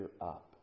up